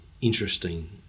interesting